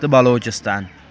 تہٕ بَلوچِستان